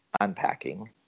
unpacking